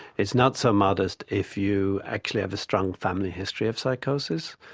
it's not so modest if you actually have a strong family history of psychosis,